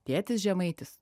tėtis žemaitis